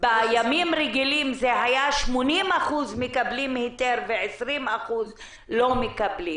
שבימים רגילים זה היה ש-80% מקבלים היתר ו-20% לא מקבלים.